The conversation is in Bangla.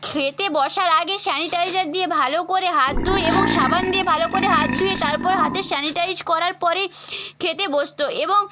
খেতে বসার আগে স্যানিটাইজার দিয়ে ভালো করে হাত ধুয়ে এবং সাবান দিয়ে ভালো করে হাত ধুয়ে তারপর হাতে স্যানিটাইজ করার পরে খেতে বসত এবং